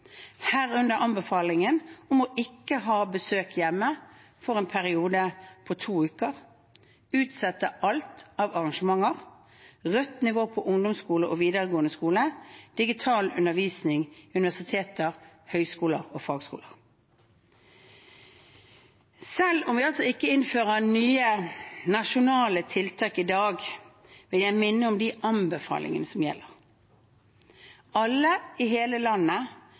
herunder anbefalingen om ikke å ha besøk hjemme for en periode på to uker, utsette alt av arrangementer, rødt nivå på ungdomsskole og videregående skole og digital undervisning i universiteter, høyskoler og fagskoler. Selv om vi ikke innfører nye nasjonale tiltak i dag, vil jeg minne om de anbefalingene som gjelder. Alle, i hele landet,